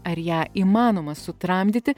ar ją įmanoma sutramdyti